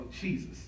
Jesus